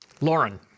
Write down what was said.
Lauren